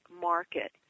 Market